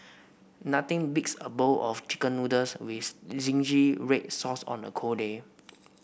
nothing beats a bowl of chicken noodles with zingy red sauce on a cold day